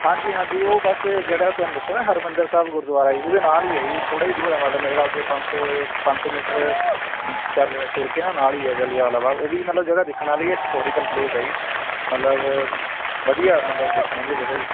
ਹਾਂਜੀ ਹਾਂਜੀ ਉਹ ਬਸ ਜਿਹੜਾ ਤੁਹਾਨੂੰ ਦੱਸਿਆ ਨਾ ਹਰਿਮੰਦਰ ਸਾਹਿਬ ਗੁਰਦੁਆਰਾ ਜੀ ਉਹਦੇ ਨਾਲ ਹੀ ਹੈ ਜੀ ਥੋੜ੍ਹਾ ਹੀ ਦੂਰ ਹੈ ਮਤਲਬ ਮੇਰੇ ਖਿਆਲ ਤੋਂ ਪੰਜ ਸੌ ਪੰਜ ਸੌ ਮੀਟਰ ਚੱਲ ਤੁਰ ਕੇ ਨਾ ਨਾਲ ਹੀ ਹੈ ਜਲਿਆਂਵਾਲਾ ਬਾਗ ਉਹ ਵੀ ਮਤਲਬ ਜਗ੍ਹਾ ਦੇਖਣ ਵਾਲੀ ਹੈ ਹਿਸਟੋਰੀਕਲ ਪਲੇਸ ਹੈ ਜੀ ਮਤਲਬ ਵਧੀਆ ਮਤਲਬ ਦੇਖਣ ਵਾਲੀ ਜਗ੍ਹਾ ਜੀ